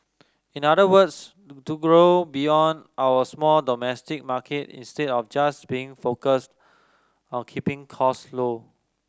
in other words to grow beyond our small domestic market instead of just being focused on keeping cost low